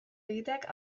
egiteak